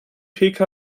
pkw